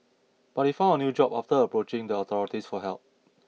but he found a new job after approaching the authorities for help